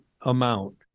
amount